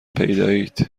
پیدایید